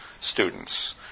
students